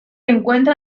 encuentra